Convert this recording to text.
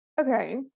okay